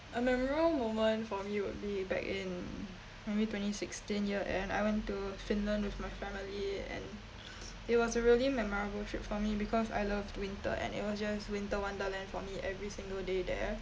a memorable moment for me will be back in maybe twenty sixteen year end I went to finland with my family and it was a really memorable trip for me because I loved winter and it was just winter wonderland for me every single day there